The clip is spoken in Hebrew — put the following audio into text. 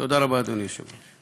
תודה רבה, אדוני היושב-ראש.